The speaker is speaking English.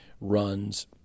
runs